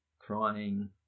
crying